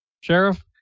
Sheriff